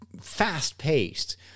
fast-paced